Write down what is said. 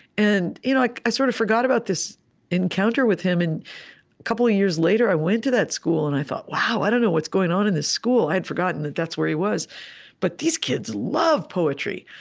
and you know like i sort of forgot about this encounter with him, and a couple of years later, i went to that school, and i thought, wow, i don't know what's going on in this school i had forgotten that that's where he was but these kids love poetry.